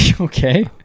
okay